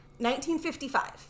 1955